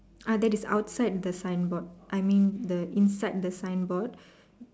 ah that is outside the signboard I mean the inside the signboard